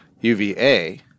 UVA